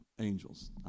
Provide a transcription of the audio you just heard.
angels